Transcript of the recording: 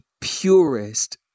purest